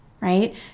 right